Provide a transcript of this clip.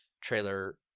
trailer